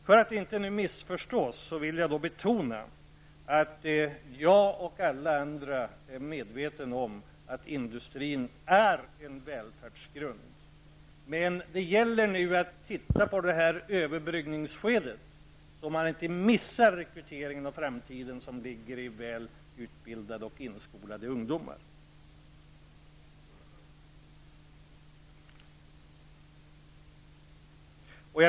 För att inte missförstås vill jag betona att jag liksom alla andra är medveten om att industrin är en välfärdsgrund. Men det gäller nu att titta på det här överbryggningsskedet, så att man i framtiden har en rekryteringsbas av väl utbildade och inskolade ungdomar.